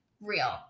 real